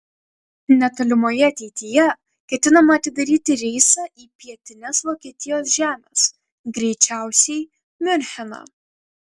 netolimoje ateityje ketinama atidaryti reisą į pietines vokietijos žemes greičiausiai miuncheną